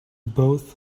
both